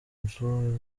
nzu